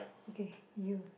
okay you